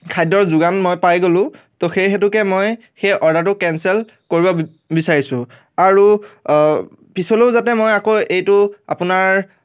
খাদ্য়ৰ যোগান মই পাই গ'লো ত' সেই হেতুকে মই সেই অৰ্ডাৰটো কেনচেল কৰিব বিচাৰিছোঁ আৰু পিছলৈও যাতে মই আকৌ এইটো আপোনাৰ